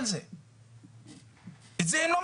תודה רבה, חה"כ יצחק פינדרוס.